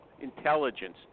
intelligence